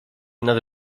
nad